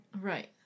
Right